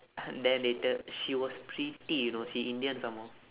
then later she was pretty you know she indian some more